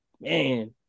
Man